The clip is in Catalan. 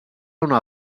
una